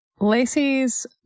Lacey's